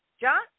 John